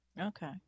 Okay